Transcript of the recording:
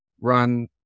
run